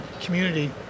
community